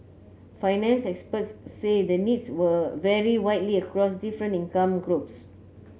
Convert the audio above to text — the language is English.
finance experts said the needs were vary widely across different income groups